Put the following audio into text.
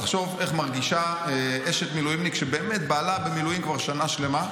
תחשוב איך מרגישה אשת מילואימניק שבאמת בעלה במילואים כבר שנה שלמה.